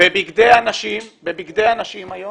בבגדי הנשים היום